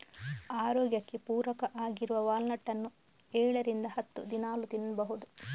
ಆರೋಗ್ಯಕ್ಕೆ ಪೂರಕ ಆಗಿರುವ ವಾಲ್ನಟ್ ಅನ್ನು ಏಳರಿಂದ ಹತ್ತು ದಿನಾಲೂ ತಿನ್ಬಹುದು